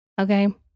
okay